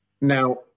Now